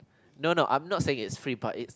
no no I'm not saying it's free but it